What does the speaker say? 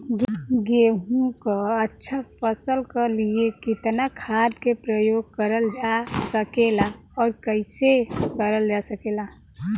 गेहूँक अच्छा फसल क लिए कितना खाद के प्रयोग करल जा सकेला और कैसे करल जा सकेला?